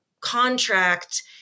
contract